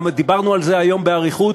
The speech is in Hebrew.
ודיברנו על זה היום באריכות.